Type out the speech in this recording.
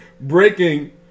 breaking